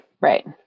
right